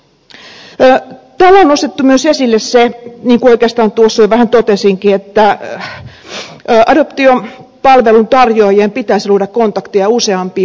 täällä on nostettu myös esille se niin kuin oikeastaan tuossa jo vähän totesinkin että adoptiopalvelun tarjoajien pitäisi luoda kontakteja useampiin maihin